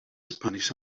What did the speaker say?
spanish